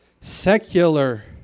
secular